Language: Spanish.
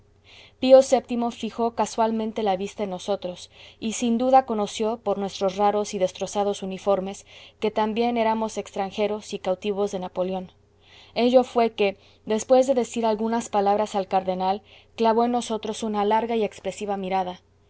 pío vii fijó casualmente la vista en nosotros y sin duda conoció por nuestros raros y destrozados uniformes que también éramos extranjeros y cautivos de napoleón ello fué que después de decir algunas palabras al cardenal clavó en nosotros una larga y expresiva mirada